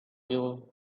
ill